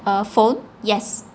uh phone yes